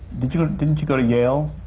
didn't you didn't you go to yale?